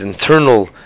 internal